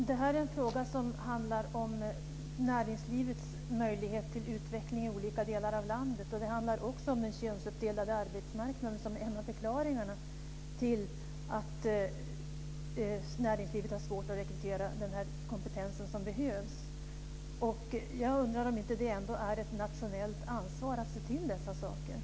Fru talman! Denna fråga handlar om näringslivets möjligheter till utveckling i olika delar av landet. En av förklaringarna till att näringslivet har svårt att rekrytera den kompetens som behövs är vidare den könsuppdelade arbetsmarknaden. Jag undrar om det ändå inte är ett nationellt ansvar att sätta in åtgärder i dessa avseenden.